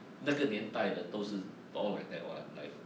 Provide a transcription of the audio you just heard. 那个年代的都是 all like that one like